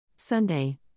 Sunday